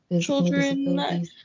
children